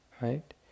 right